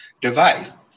device